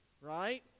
right